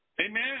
Amen